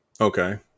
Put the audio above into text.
Okay